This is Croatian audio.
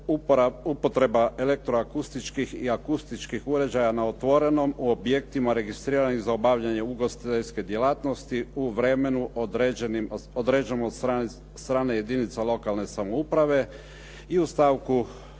upotreba elektro-akustičkih i akustičkih uređaja na otvorenom u objektima registriranim za obavljanje ugostiteljske djelatnosti u vremenu određenom od strane jedinica lokalne samouprave i u stavku